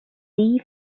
see